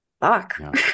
fuck